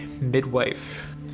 Midwife